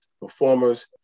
performers